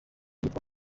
yitwa